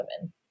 women